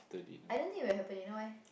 I don't think it will happen you know why